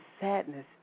sadness